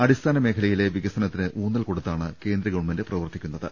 അടിസ്ഥാന മേഖലയിലെ വിക സനത്തിന് ഊന്നൽ കൊടുത്താണ് കേന്ദ്ര ഗവൺമെന്റ് പ്രവർത്തിക്കുന്ന ത്